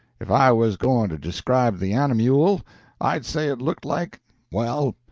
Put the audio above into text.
if i was goin' to describe the animule, i'd say it looked like well,